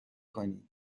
کنی